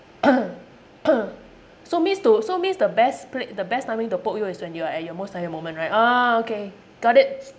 so means to so means the best pla~ the best timing to poke you is when you are at your most tired moment right ah okay got it